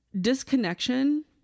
disconnection